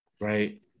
right